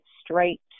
straight